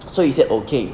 so he said okay